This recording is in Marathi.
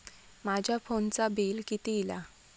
माझ्या फोनचा बिल किती इला?